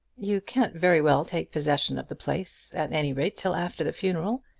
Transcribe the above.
you can't very well take possession of the place, at any rate, till after the funeral.